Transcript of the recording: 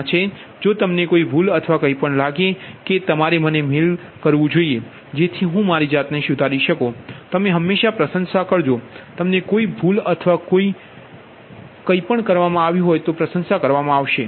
તેથી જો તમને કોઈ ભૂલ અથવા કંઈપણ લાગે છે કે તમારે મને મેઇલ કરવું જોઈએ જેથી હું મારી જાતને સુધારી શકું અને એની હંમેશાં પ્રશંસા કરીશ જો તમને કોઈ ભૂલ અથવા કોઈ ભૂલો અથવા કંઈપણ દેખાયુ હોય તો મને જણાવશુ તેની પ્રશંસા કરવામાં આવશે